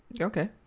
Okay